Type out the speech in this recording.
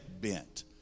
bent